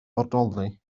bodoli